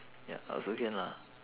ya also can lah